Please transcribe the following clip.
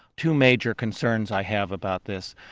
two major concerns i have about this.